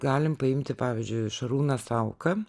galim paimti pavyzdžiui šarūną sauką